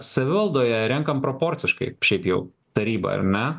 savivaldoje renkam proporciškai šiaip jau tarybą ar ne